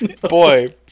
Boy